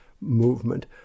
movement